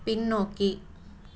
பின்னோக்கி